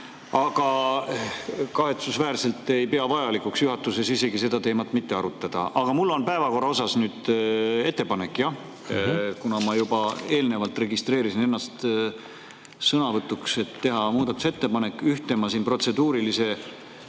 Aga kahetsusväärselt te ei pea vajalikuks juhatuses seda teemat isegi mitte arutada. Ent mul on päevakorra kohta nüüd ettepanek, kuna ma juba eelnevalt registreerisin ennast sõnavõtuks, et teha muudatusettepanek. Ühte ma siin protseduurilise